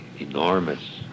enormous